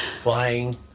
flying